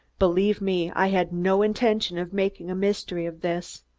believe me, i had no intention of making a mystery of this.